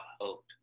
hope